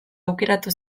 aukeratu